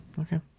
okay